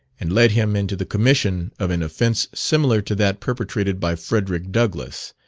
and led him into the commission of an offence similar to that perpetrated by frederick douglass,